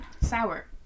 Sour